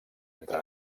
entre